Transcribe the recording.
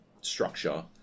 structure